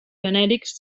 genèrics